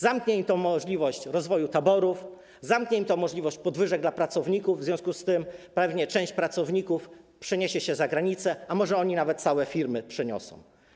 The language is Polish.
Zamknie im to możliwość rozwoju taborów, zamknie im to możliwość wprowadzenia podwyżek dla pracowników, w związku z czym pewnie część pracowników przeniesie się za granicę, a może nawet i całe firmy się przeniosą.